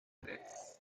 tres